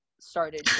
started